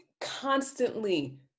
constantly